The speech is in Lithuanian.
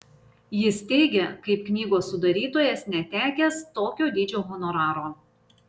jis teigia kaip knygos sudarytojas netekęs tokio dydžio honoraro